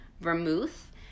vermouth